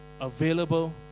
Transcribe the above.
available